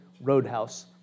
Roadhouse